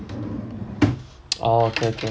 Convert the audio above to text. orh okay okay